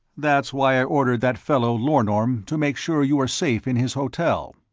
that's why i ordered that fellow, larnorm, to make sure you were safe in his hotel.